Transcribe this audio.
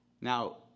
Now